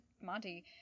Monty